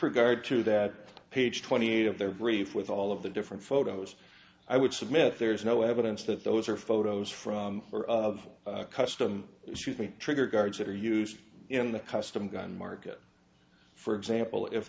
regard to that page twenty eight of their brief with all of the different photos i would submit there's no evidence that those are photos from or of custom trigger guards that are used in the custom gun market for example if